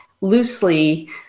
loosely